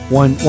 one